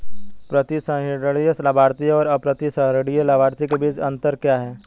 प्रतिसंहरणीय लाभार्थी और अप्रतिसंहरणीय लाभार्थी के बीच क्या अंतर है?